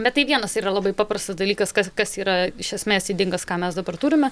bet tai vienas yra labai paprastas dalykas kas kas yra iš esmės ydingas ką mes dabar turime